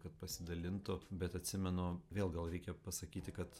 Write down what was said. kad pasidalintų bet atsimenu vėl gal reikia pasakyti kad